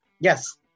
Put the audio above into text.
yes